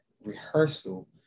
rehearsal